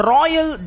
Royal